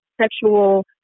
sexual